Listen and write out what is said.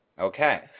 Okay